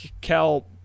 Cal